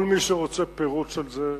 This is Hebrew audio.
כל מי שרוצה פירוט של זה,